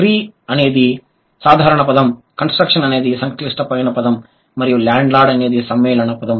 tree అనేది సాధారణ పదం కన్స్ట్రక్షన్ అనేది సంక్లిష్టమైన పదం మరియు ల్యాండ్ లార్డ్ అనేది సమ్మేళనం పదం